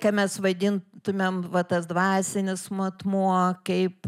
ką mes vadintumėm va tas dvasinis matmuo kaip